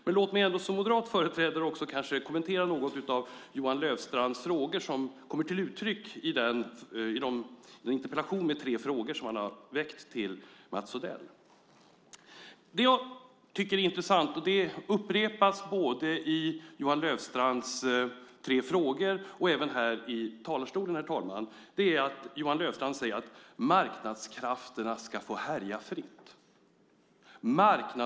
Men låt mig ändå som moderat företrädare kommentera något av Johan Löfstrands frågor som kommer till uttryck i den interpellation med tre frågor som han har väckt till Mats Odell. Det jag tycker är intressant - det upprepas både i Johan Löfstrands tre frågor och här i talarstolen, herr talman - är att Johan Löfstrand säger att marknadskrafterna ska få härja fritt.